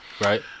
Right